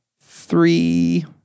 three